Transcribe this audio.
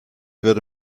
würde